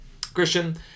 Christian